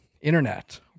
internet